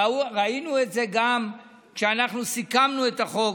ראינו את זה גם כשאנחנו סיכמנו את החוק,